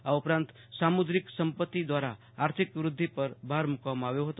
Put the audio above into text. આ ઉપરાંત સામુવ્રિક સંપતિ દ્વારા આર્થિક વૃદ્ધિ પર ભાર મુકવામાં આવ્યો હતો